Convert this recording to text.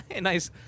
Nice